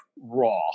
raw